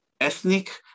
ethnic